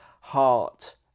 heart